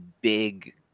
big